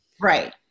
Right